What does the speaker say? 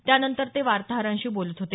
त्यानंतर ते वार्ताहरांशी बोलत होते